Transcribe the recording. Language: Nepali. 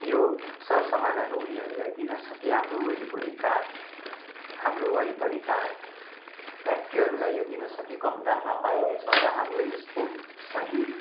यो सरसामानहरू उनीहरूलाई दिन सके हाम्रो वरिपरिका हाम्रो वरिपरिका फ्याक्ट्रीहरूलाई यो दिन सके कम दाममा पाइनेछ र हाम्रो यसको सही